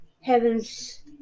heavens